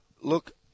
Look